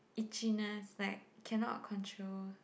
itchiness like cannot control